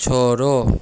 छोड़ो